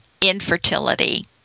infertility